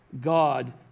God